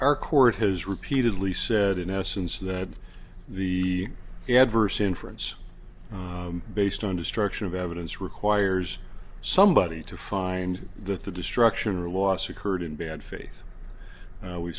our court has repeatedly said in essence that the adverse inference based on destruction of evidence requires somebody to find that the destruction or loss occurred in bad faith